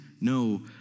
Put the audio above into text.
no